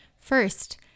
First